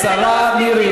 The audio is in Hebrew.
השרה מירי,